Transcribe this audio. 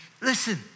listen